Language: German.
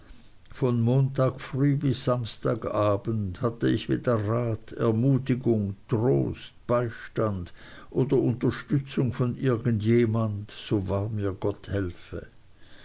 von montag früh bis samstag abend hatte ich weder rat ermutigung trost beistand oder unterstützung von irgend jemand so wahr mir gott helfe